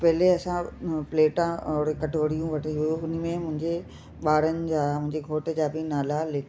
त पहले असां प्लेटा और कटोरियूं वठी हुयूं उन में मुंहिंजे ॿारनि जा मुंहिंजे घोठ जा बि नाला लि